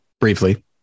Briefly